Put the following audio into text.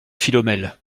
philomèle